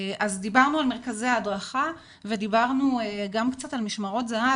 אז דיברנו על מרכזי הדרכה ודיברנו גם קצת על משמרות הזה"ב,